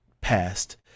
past